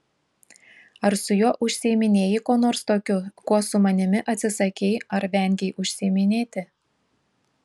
ar su juo užsiiminėjai kuo nors tokiu kuo su manimi atsisakei ar vengei užsiiminėti